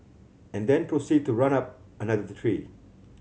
and then proceed to run up another tree